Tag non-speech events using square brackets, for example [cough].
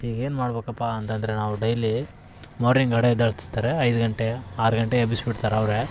ಈಗ ಏನು ಮಾಡ್ಬೇಕಪ್ಪ ಅಂತಂದರೆ ನಾವು ಡೈಲಿ ಮಾರ್ನಿಂಗ್ [unintelligible] ಎದ್ದೇಳ್ಸ್ತಾರೆ ಐದು ಗಂಟೆ ಆರು ಗಂಟೆ ಎಬ್ಬಿಸ್ಬಿಡ್ತಾರೆ ಅವರೇ